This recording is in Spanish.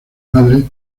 madre